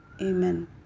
Amen